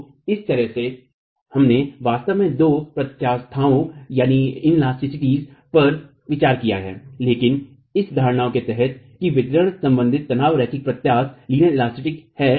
तो इस तरह से हमने वास्तव में दोनों प्र्त्यास्थाओं पर विचार किया है लेकिन इस धारणा के तहत कि वितरण संबंधी तनाव रैखिक प्रत्यास्थ हैं